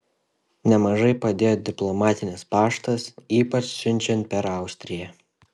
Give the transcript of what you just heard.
nemažai padėjo diplomatinis paštas ypač siunčiant per austriją